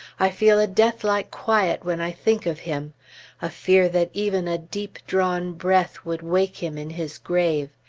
i feel a deathlike quiet when i think of him a fear that even a deep-drawn breath would wake him in his grave.